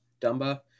Dumba